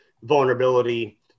vulnerability